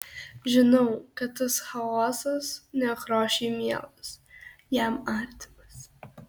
žinau kad tas chaosas nekrošiui mielas jam artimas